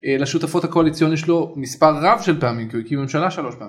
לשותפות הקואליציון יש לו מספר רב של פעמים כי הוא הקים ממשלה שלוש פעמים.